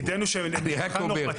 אני רק אומר,